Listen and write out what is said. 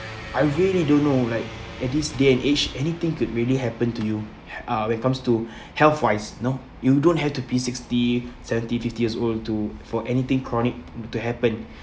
I really don't know like at this day and age anything could really happen to you he~ uh when it comes to health wise know you don't have to be sixty seventy fifty years old to for anything chronic to happen